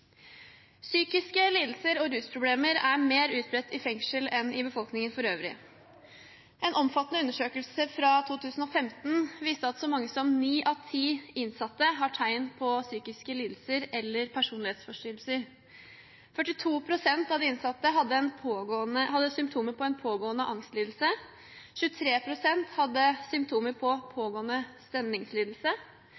Psykiske lidelser og rusproblemer er mer utbredt i fengsel enn i befolkningen for øvrig. En omfattende undersøkelse fra 2015 viste at så mange som ni av ti innsatte har tegn på psykiske lidelser eller personlighetsforstyrrelser. 42 pst. av de innsatte hadde symptomer på en pågående angstlidelse, 23 pst. hadde symptomer på